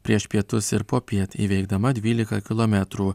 prieš pietus ir popiet įveikdama dvylika kilometrų